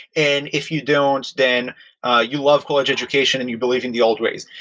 and if you don't, then ah you love college education and you believe in the old ways.